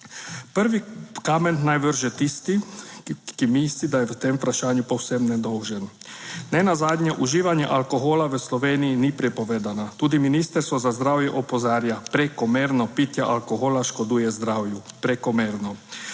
Prvi kamen naj vrže tisti, ki misli, da je v tem vprašanju povsem nedolžen. Nenazadnje uživanje alkohola v Sloveniji ni prepovedano. Tudi Ministrstvo za zdravje opozarja, prekomerno pitje alkohola škoduje zdravju. Prekomerno.